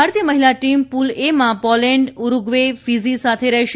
ભારતીય મહિલા team pool A માં પોલેન્ડ ઉરૂગ્વે ફીજી સાથે રહેશે